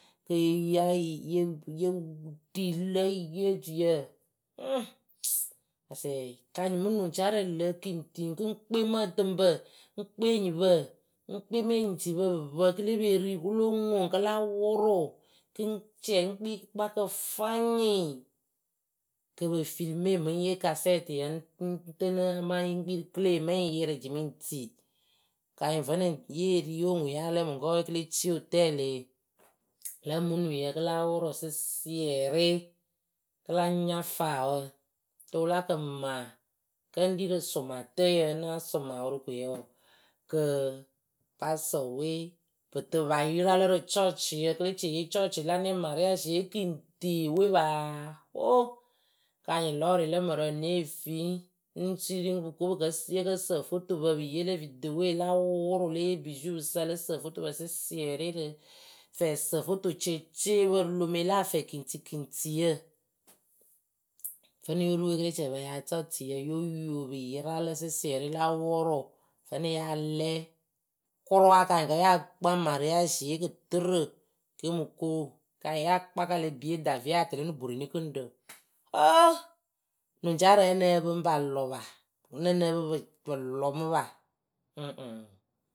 kɨ ya ye yɨ ri le yee otuiyǝ asɛ kanyɩŋ mɨ nuŋcaarǝ lǝ kiŋtiŋ kɨŋ kpe mǝtɨŋpǝ ŋ kpe enyipǝ ŋ kpe menyicipǝ pɨ pǝ kɨle pe ri kɨlo ŋuŋ kɨla wʊrʊ kɨ ŋ cɛ ŋ kpii kɨkpakǝ fwanyɩŋ kɨ pɨ filɨme mɨ ŋ yee kasɛtɩ ŋ tɨnɨ amaa ŋ kpii rɨ kɨleyǝ mɨŋ yɩrɩ jimɨŋji kanyiŋ vǝnɨŋ yeeri yoŋuŋ yaalɛ mɨŋkɔwe kɨ le ci otɛlɩ lǝ̌ mɨ mɨnuŋyǝ kɨla wʊrʊ sɩsɩɛrɩ kɨla nya faawǝ rɨ wɨla kɨma kǝ ŋ ri rɨ sʊmatǝyǝ náa sʊma worokoe wɔɔ kɨ pasɨtɔpɨwe pɨtɨpɨ pa yɨralǝ rɨ cɔcɩyǝ kɨ lecieyee cɔcɩɩ lanɛŋ marɩasɩ yee kiŋtiŋ we paa oo kanyɩŋ lɔrɩ lǝ mǝrǝ wǝ neh fi ŋ siri pɨ ko yɨkǝ sǝ ofotopǝ pɨ yeelǝ videwo la wʊrʊ le yee bizu pɨsa lǝ sǝ ofotopǝ sɩsɩɛrɩ rɨ fɛsǝfotoceceepǝ rɨ lome lafɛ kiŋtikiŋtiyǝ vǝnɨŋ yorurɨwe kele capa ya rɨ cɔcɩyǝ yoyo pɨyɩralǝ sɩsɩɛrɩ ya wʊrʊ. vǝnɨŋ yaamlɛ kʊra. kanyɩŋ kǝ ya kpa marɩasɩ ye kɨtɨrɨ kɨ yomɨko kanyɩŋ ya kpaka lě biye daviyɔŋɛ ya tɛlɩ arɨ boronigɨŋɖǝ oo nuŋcaarǝ nya nǝ́ǝ pɨ ŋ pa lɔ pa.